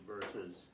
versus